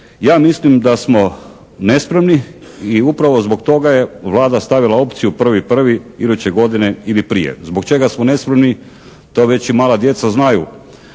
Ja mislim da smo nespremni i upravo zbog toga je Vlada stavila opciju 1.1. iduće godine ili prije. Zbog čega smo nespremni to već i mala djeca znaju